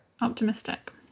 Optimistic